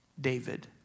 David